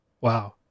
Wow